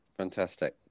Fantastic